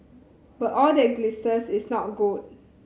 but all that glisters is not gold